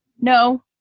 No